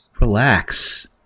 relax